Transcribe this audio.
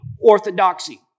orthodoxy